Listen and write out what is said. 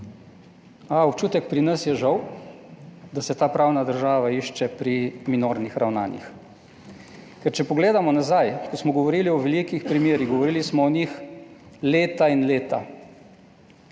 A občutek pri nas je žal, da se ta pravna država išče pri minornih ravnanjih. Ker če pogledamo nazaj, ko smo govorili o velikih primerih, govorili smo o njih leta in leta,